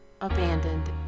abandoned